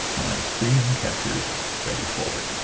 screen captures ready folder,